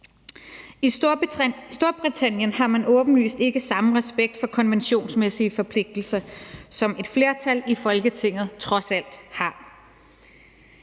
I Storbritannien har man åbenlyst ikke samme respekt for konventionsmæssige forpligtelser, som et flertal i Folketinget trods alt har.